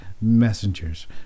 messengers